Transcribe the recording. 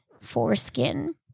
foreskin